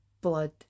Blood